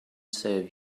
save